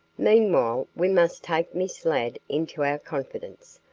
meanwhile we must take miss ladd into our confidence.